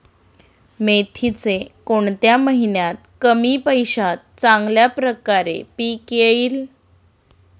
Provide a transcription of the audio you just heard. मेथीचे कोणत्या महिन्यात कमी पैशात चांगल्या प्रकारे पीक येईल?